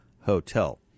hotel